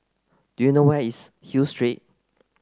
do you know where is Hill Street